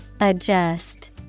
Adjust